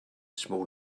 small